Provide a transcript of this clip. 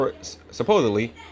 Supposedly